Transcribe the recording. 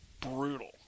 brutal